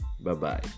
Bye-bye